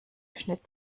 schnitt